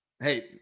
hey